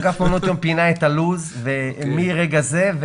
אגף מעונות יום פינה את הלו"ז מרגע זה,